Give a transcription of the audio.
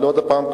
אבל עוד הפעם,